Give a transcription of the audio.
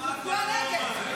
אז למה כל הנאום הזה?